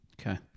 Okay